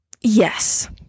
Yes